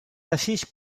affiches